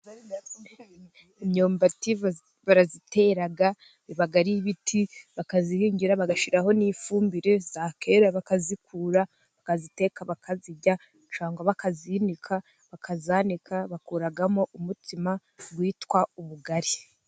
Imyumbati barayitera, biba ari ibiti bakazihingira bagashiraho n'ifumbire ikera, bakayikura, bakayiteka, bakayirya cyangwa bakayinika, bakayaka, bakuramo umutsima witwa ubugari.